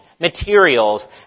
materials